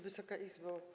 Wysoka Izbo!